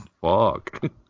fuck